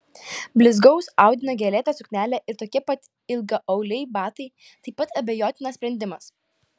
blizgaus audinio gėlėta suknelė ir tokie pat ilgaauliai batai taip pat abejotinas sprendimas